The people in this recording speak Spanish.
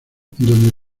donde